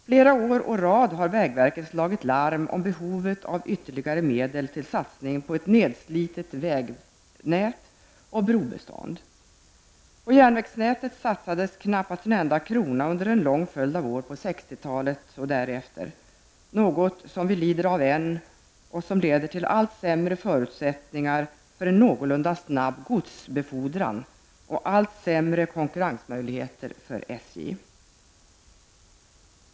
Flera år å rad har vägverket slagit larm om behovet av ytterligare medel till satsning på ett nedslitet vägnät och brobestånd. På järnvägsnätet satsades knappt en enda krona under en lång följd av år på 60-talet och därefter, något som vi fortfarande får bära följderna av och som lett till allt sämre förutsättningar för en någorlunda snabb godsbefordran och allt sämre konkurrensmöjligheter för SJ.